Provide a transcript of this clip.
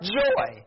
joy